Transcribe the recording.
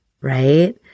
right